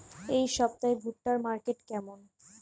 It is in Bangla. এই সপ্তাহে ভুট্টার মার্কেট কেমন?